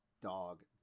dog